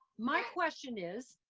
my question is,